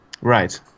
right